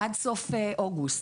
עד סוף אוגוסט.